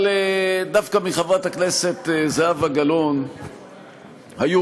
אבל דווקא מחברת הכנסת זהבה גלאון היו